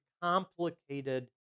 complicated